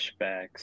flashbacks